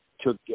took